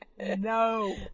no